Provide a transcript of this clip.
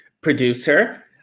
producer